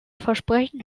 versprechen